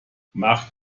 macht